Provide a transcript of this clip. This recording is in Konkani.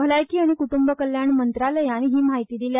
भलायकी आनी क्ट्ंब कल्याण मंत्रालयान ही म्हायती दिल्या